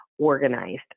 Organized